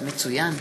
מצוין.